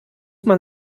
man